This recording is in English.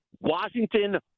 Washington